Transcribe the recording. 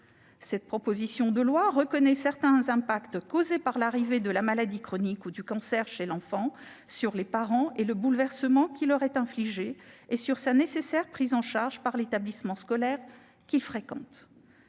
Cette proposition de loi reconnaît certains effets de la survenue de la maladie chronique ou du cancer sur l'enfant et ses parents et le bouleversement qui leur est infligé. Elle acte la nécessaire prise en charge de l'enfant par l'établissement scolaire qu'il fréquente.